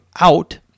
out